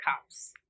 Cops